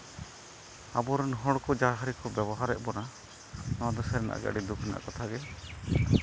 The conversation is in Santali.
ᱟᱵᱚᱨᱮᱱ ᱦᱚᱲ ᱠᱚ ᱡᱟᱦᱟᱸ ᱨᱮᱠᱚ ᱵᱮᱵᱚᱦᱟᱨᱮᱫ ᱵᱚᱱᱟ ᱱᱚᱣᱟᱫᱚ ᱥᱟᱹᱨᱤᱱᱟᱜ ᱜᱮ ᱟᱹᱰᱤ ᱫᱩᱠᱷ ᱨᱮᱱᱟᱜ ᱠᱟᱛᱷᱟᱜᱮ